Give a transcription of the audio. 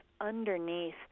underneath